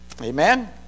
Amen